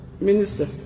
Minister